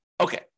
Okay